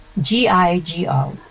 G-I-G-O